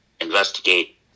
investigate